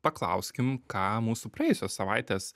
paklauskim ką mūsų praėjusios savaitės